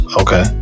Okay